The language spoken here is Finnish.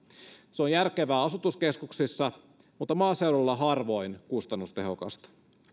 se on järkevää asutuskeskuksissa mutta maaseudulla harvoin kustannustehokasta